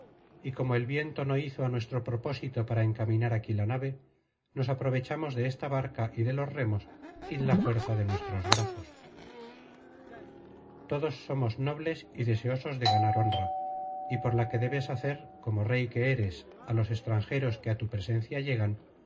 y como el viento no hizo á nuestro propósito para encaminar aquí la nave nos aprovechamos de esta barca y de los remos y de la fuerza de nuestros brazos todos somos nobles y deseosos de ganar honra y por la que debes hacer como rey que eres á los extranjeros que á tu presencia llegan